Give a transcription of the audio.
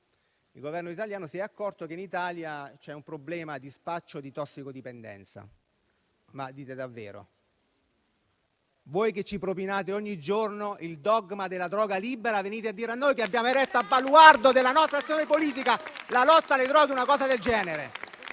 il Governo si è accorto che in Italia c'è un problema di spaccio e di tossicodipendenza. Ma dite davvero? Voi che ci propinate ogni giorno il dogma della droga libera venite a dire a noi che abbiamo eretto a baluardo della nostra azione politica la lotta alle droghe una cosa del genere?